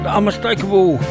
Unmistakable